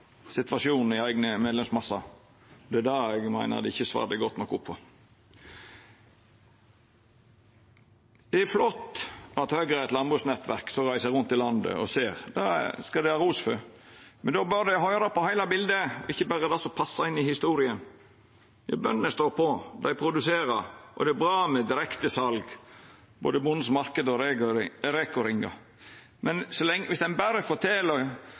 situasjonen i eigne medlemsmassar. Det er det eg meiner ein ikkje svarte godt nok på. Det er flott at Høgre har eit landbruksnettverk som reiser rundt i landet og ser, det skal dei ha ros for. Men då bør dei høyra, og sjå heile bildet, ikkje berre det som passar inn i historia. Bøndene står på, dei produserer, og det er bra med direktesal, både Bondens marknad og REKO-ringar. Men berre å fortelja suksesshistoriene og ikkje den reelle historia ute – det er ingen ting som frustrerer ein